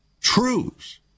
truths